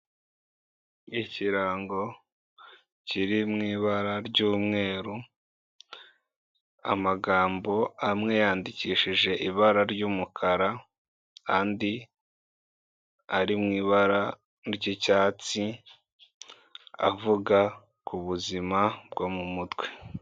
Ikirango kiri mu ibara ry'umweru, amagambo amwe yandikishije ibara ry'umukara, andi ari mu ibara ry'icyatsi avuga ku buzima bwo mu mutwe.